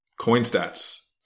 CoinStats